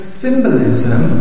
symbolism